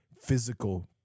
physical